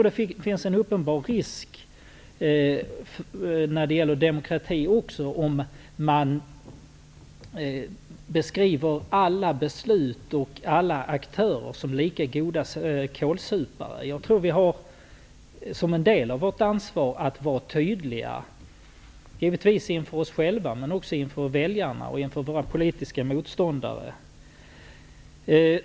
Det finns en uppenbar risk för demokratin, om man beskriver alla beslut som lika bra och alla aktörer som lika goda kålsupare. En del av vårt ansvar består i att vara tydliga, givetvis inför oss själva men också inför väljarna och våra politiska motståndare.